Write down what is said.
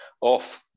off